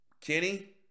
Kenny